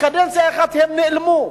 קדנציה אחת הם נעלמו.